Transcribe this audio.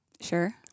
sure